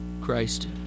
Christ